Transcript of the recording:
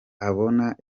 abona